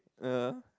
yeah